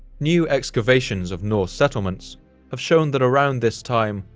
new excavations of norse settlements have shown that around this time,